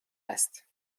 است